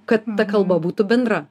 kad ta kalba būtų bendra